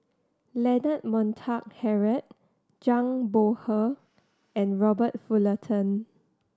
Leonard Montague Harrod Zhang Bohe and Robert Fullerton